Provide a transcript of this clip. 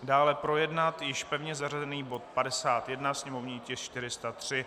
Dále projednat již pevně zařazený bod 51, sněmovní tisk 403.